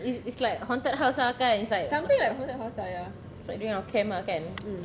it's it's like haunted house lah kan it's like it's like during our camp lah kan